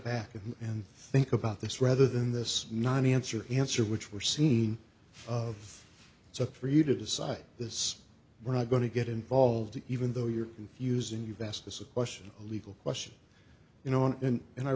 back and think about this rather than this non answer answer which were seen of so for you to decide this we're not going to get involved even though you're confusing you've asked this a question a legal question you know on and